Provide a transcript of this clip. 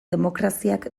demokraziak